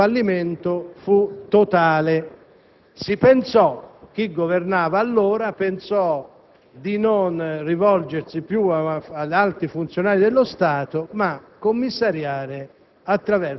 il fallimento fu totale. Chi governava allora pensò, dunque, di non rivolgersi più ad alti funzionari dello Stato, ma di commissariare